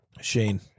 Shane